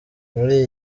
muri